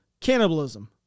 Cannibalism